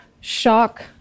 shock